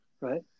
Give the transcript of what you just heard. Right